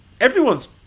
everyone's